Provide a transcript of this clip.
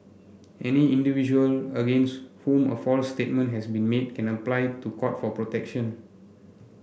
any individual against whom a false statement has been made can apply to Court for protection